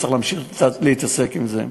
וצריך להמשיך להתעסק עם זה.